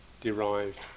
derived